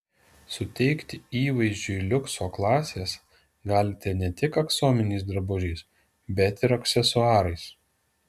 suteikti įvaizdžiui liukso klasės galite ne tik aksominiais drabužiais bet ir aksesuarais